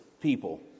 people